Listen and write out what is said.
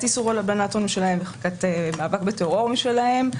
איסור הלבנת הון משלהם וחקיקת מאבק בטרור משלהם.